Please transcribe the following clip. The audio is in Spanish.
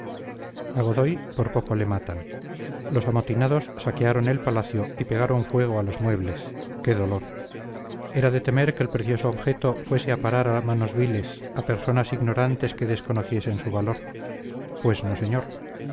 godoy por poco le matan los amotinados saquearon el palacio y pegaron fuego a los muebles qué dolor era de temer que el precioso objeto fuese a parar a manos viles a personas ignorantes que desconociesen su valor pues no señor